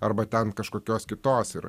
arba ten kažkokios kitos ir